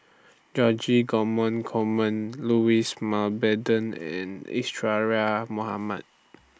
George Coleman Louis Mountbatten and Mohamed